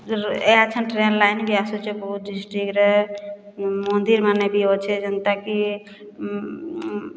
ଏହାଛେନ୍ train line ବି ଆସୁଛେ ବୌଦ୍ଧ ଡିଷ୍ଟ୍ରିକ୍ଟ୍ରେ ମନ୍ଦିର୍ମାନେ ବି ଅଛେ ଯେନ୍ତାକି